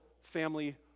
family